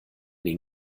den